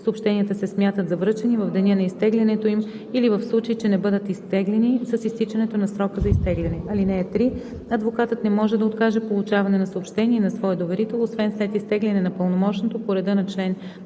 Съобщенията се смятат за връчени в деня на изтеглянето им или в случай че не бъдат изтеглени – с изтичането на срока за изтегляне. (3) Адвокатът не може да откаже получаване на съобщение на своя доверител, освен след оттегляне на пълномощното по реда на чл. 35, отказ